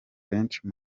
benshi